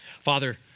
Father